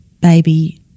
baby